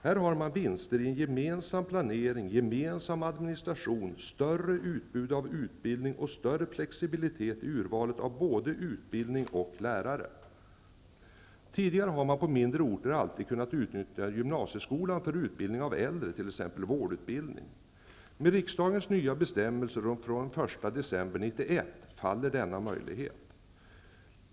Här har man vinster i en gemensam planering, gemensam administration, större utbud av utbildning och större flexibilitet i urvalet av både utbildning och lärare. Tidigare har man på mindre orter alltid kunnat utnyttja gymnasieskolan för utbildning av äldre, t.ex. vårdutbildning. Med de nya bestämmelser från den 1 december 1991 som riksdagen fattade beslut om faller denna möjlighet.